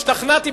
השתכנעתי,